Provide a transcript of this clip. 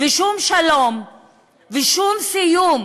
ושום שלום ושום סיום